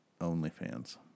OnlyFans